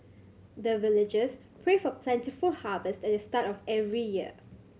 the villagers pray for plentiful harvest at the start of every year